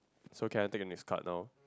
it's okay I take the next card now